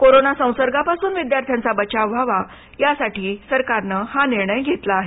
corona संसर्गापासून विद्यार्थ्यांचा बचाव व्हावा यासाठी सरकारनं हा निर्णय घेतला आहे